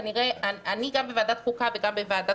כנראה אני גם בוועדת חוקה וגם בוועדת